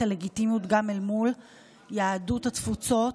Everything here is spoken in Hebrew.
הלגיטימיות גם אל מול יהדות התפוצות,